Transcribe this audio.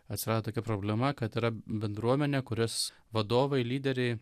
atsirado problema kad yra bendruomenė kurios vadovai lyderiai